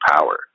power